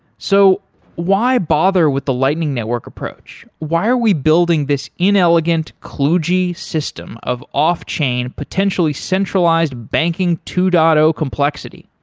so why bother with the lightning network approach? why are we building this inelegant, kludgy system of off-chain, potentially centralized banking to dato-complexity?